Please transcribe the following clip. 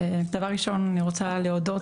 דבר ראשון אני רוצה להודות,